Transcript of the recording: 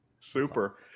super